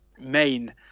main